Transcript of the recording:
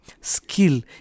Skill